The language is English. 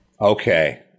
Okay